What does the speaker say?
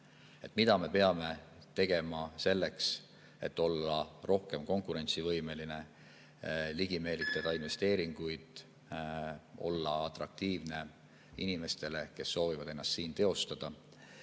mida me peame tegema selleks, et olla rohkem konkurentsivõimeline, ligi meelitada investeeringuid, olla atraktiivne inimestele, kes soovivad ennast teostada.